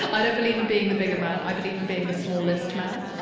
i don't believe in being the bigger man. i believe in being the smallest man.